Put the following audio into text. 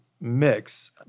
mix